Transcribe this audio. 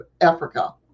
Africa